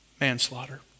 manslaughter